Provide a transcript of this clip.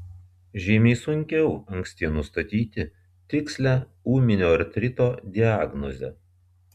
žymiai sunkiau anksti nustatyti tikslią ūminio artrito diagnozę